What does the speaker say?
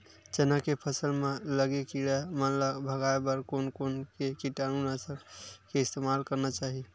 चना के फसल म लगे किड़ा मन ला भगाये बर कोन कोन से कीटानु नाशक के इस्तेमाल करना चाहि?